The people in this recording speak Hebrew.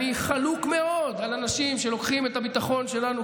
אני חלוק מאוד על אנשים שלוקחים את